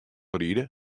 ride